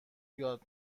یاد